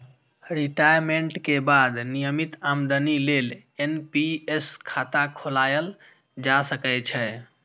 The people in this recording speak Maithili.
रिटायमेंट के बाद नियमित आमदनी लेल एन.पी.एस खाता खोलाएल जा सकै छै